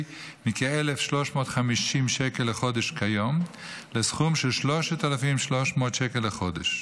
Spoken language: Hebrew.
מכ-1,350 שקל לחודש כיום לסכום של 3,300 שקל לחודש.